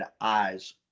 eyes